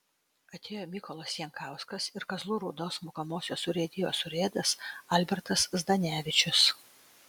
atėjo mykolas jankauskas ir kazlų rūdos mokomosios urėdijos urėdas albertas zdanevičius